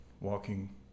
walking